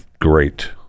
great